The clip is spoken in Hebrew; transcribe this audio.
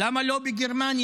למה לא כמו בגרמניה,